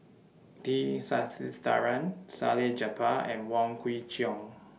T Sasitharan Salleh Japar and Wong Kwei Cheong